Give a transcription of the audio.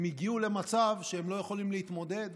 הם הגיעו למצב שהם לא יכולים להתמודד,